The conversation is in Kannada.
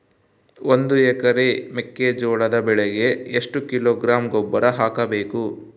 ಒಂದು ಎಕರೆ ಮೆಕ್ಕೆಜೋಳದ ಬೆಳೆಗೆ ಎಷ್ಟು ಕಿಲೋಗ್ರಾಂ ಗೊಬ್ಬರ ಹಾಕಬೇಕು?